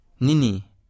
Nini